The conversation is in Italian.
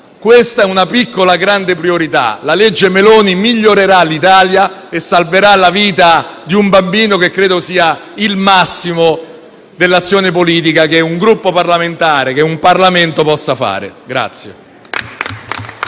questa è una piccola grande priorità. La legge Meloni migliorerà l'Italia e salverà la vita di un bambino, e credo che ciò sia il massimo dell'azione politica cui un Gruppo parlamentare e un intero Parlamento possano aspirare.